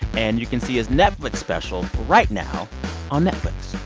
and you can see his netflix special right now on netflix.